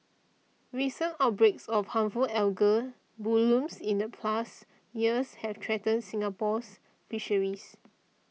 recent outbreaks of harmful algal blooms in the past years have threatened Singapore's Fisheries